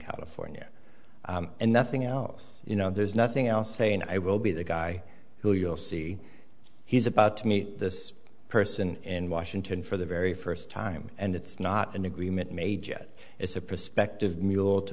california and nothing else you know there's nothing else to say and i will be the guy who you'll see he's about to meet this person in washington for the very first time and it's not an agreement made yet as a prospective